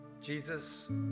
Jesus